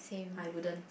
I wouldn't